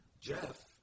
Jeff